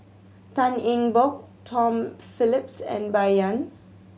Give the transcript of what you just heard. Tan Eng Bock Tom Phillips and Bai Yan